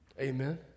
Amen